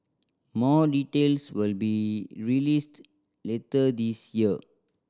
more details will be released later this year